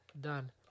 Done